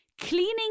cleaning